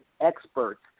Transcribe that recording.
experts